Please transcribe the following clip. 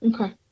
Okay